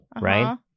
right